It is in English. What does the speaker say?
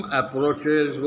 approaches